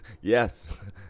Yes